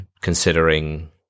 considering